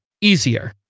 easier